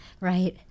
Right